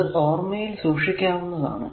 അത് ഓർമയിൽ സൂക്ഷിക്കാവുന്നതാണ്